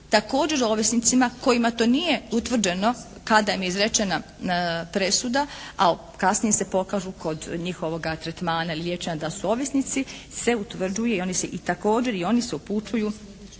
također ovisnicima kojima to nije utvrđeno kada im je izrečena presuda a kasnije se pokažu kod njihovoga tretmana i liječenja da su ovisnici se utvrđuje i također i oni se upućuju